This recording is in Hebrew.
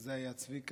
כזה היה צביקה.